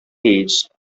aged